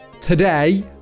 Today